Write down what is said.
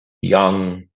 young